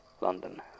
london